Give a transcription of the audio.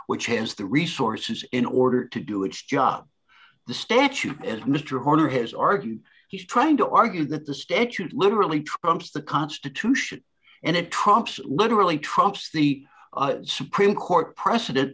which has the resources in order to do its job the statute as mr horner has argued he's trying to argue that the statute literally trumps the constitution and it trumps literally trumps the supreme court precedent